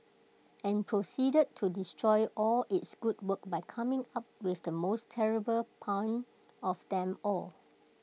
and proceeded to destroy all its good work by coming up with the most terrible pun of them all